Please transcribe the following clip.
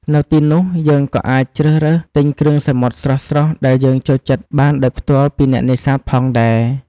នៅទីនោះ យើងក៏អាចជ្រើសរើសទិញគ្រឿងសមុទ្រស្រស់ៗដែលយើងចូលចិត្តបានដោយផ្ទាល់ពីអ្នកនេសាទផងដែរ។